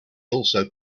also